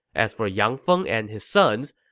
as for yang feng and his sons,